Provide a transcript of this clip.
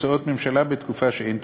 הוצאות הממשלה בתקופה שאין תקציב,